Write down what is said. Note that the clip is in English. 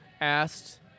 asked